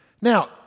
Now